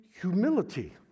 humility